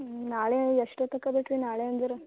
ನಾಳೆ ಎಷ್ಟೊತ್ತಕ್ಕೆ ಬೇಕು ರೀ ನಾಳೆ ಹಂಗಾರ